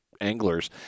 anglers